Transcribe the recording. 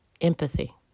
empathy